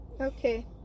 Okay